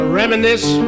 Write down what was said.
reminisce